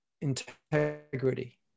integrity